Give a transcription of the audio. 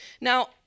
Now